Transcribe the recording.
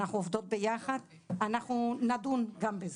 אנחנו עובדות ביחד, אנחנו נדון גם בזה.